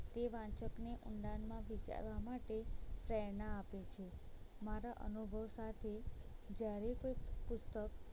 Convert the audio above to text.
તે વાંચકને ઊંડાનમાં વિચારવા માટે પ્રેરણા આપે છે મારા અનુભવ સાથે જ્યારે કોઈ પુસ્તક